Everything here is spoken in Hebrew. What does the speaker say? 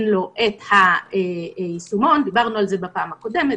לו את היישומון דיברנו על זה בפעם הקודמת,